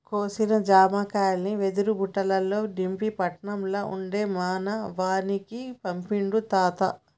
కోసిన జామకాయల్ని వెదురు బుట్టలల్ల నింపి పట్నం ల ఉండే మనవనికి పంపిండు తాత